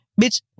Bitch